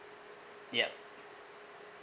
yup